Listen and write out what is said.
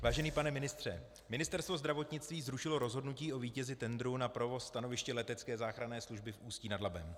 Vážený pane ministře, Ministerstvo zdravotnictví zrušilo rozhodnutí o vítězi tendru na provoz stanoviště letecké záchranné služby v Ústí nad Labem.